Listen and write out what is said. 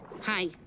Hi